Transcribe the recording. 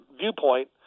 viewpoint